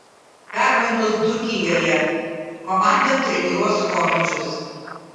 permainos dzūkijoje komandą treniruos chomičius